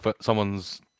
someone's